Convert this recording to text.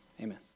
Amen